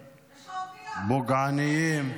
פוגעניים,